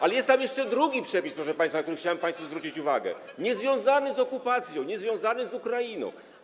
Ale jest tam jeszcze drugi przepis, proszę państwa, na który chciałem państwu zwrócić uwagę, niezwiązany z okupacją, niezwiązany z Ukrainą.